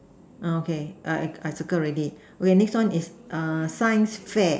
uh okay I I I circle already okay next one is err science fair